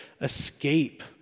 escape